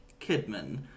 Kidman